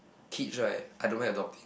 kids right I don't mind adopting